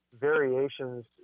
variations